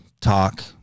talk